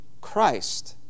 Christ